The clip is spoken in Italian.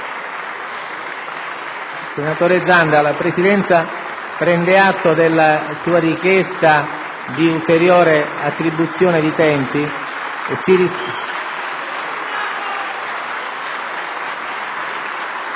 Senatore Zanda, la Presidenza prende atto della sua richiesta di un'ulteriore attribuzione dei tempi